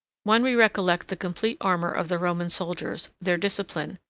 when we recollect the complete armor of the roman soldiers, their discipline,